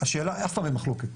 אף פעם אין מחלוקת.